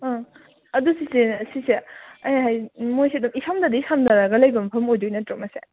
ꯎꯝ ꯑꯗꯨ ꯆꯤꯆꯦ ꯁꯤꯁꯦ ꯑꯩ ꯍꯥꯏ ꯃꯣꯏꯁꯦꯗꯨꯝ ꯏꯁꯝꯒꯗꯤ ꯁꯝꯅꯔꯒ ꯂꯩꯕ ꯃꯐꯝ ꯑꯣꯏꯗꯣꯏ ꯅꯠꯇ꯭ꯔꯣ ꯃꯁꯦ